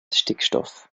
stickstoff